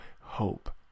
hope